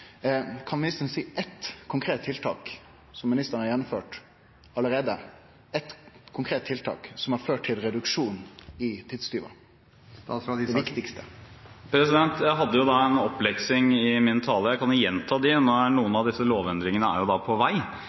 Kan ministeren seie eitt konkret tiltak som ministeren har gjennomført allereie – eitt konkret tiltak – som har ført til reduksjon i tidstjuvane – det viktigaste? Jeg hadde en oppleksing i min tale, jeg kan jo gjenta det. Noen av disse lovendringene er jo på vei.